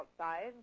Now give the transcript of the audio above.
outside